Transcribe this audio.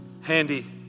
handy